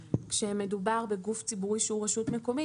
כשמדובר בגוף ציבורי שהוא רשות מקומית,